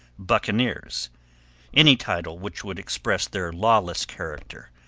buccaneers any title which would express their lawless character,